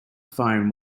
phone